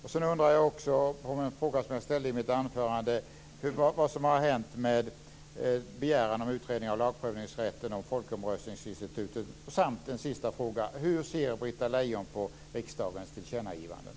Jag undrar också - det är en fråga som jag ställde i mitt anförande - vad som har hänt med begäran om en utredning av lagprövningsrätten och folkomröstningsinstitutet. Sedan har jag en sista fråga. Hur ser Britta Lejon på riksdagens tillkännagivanden?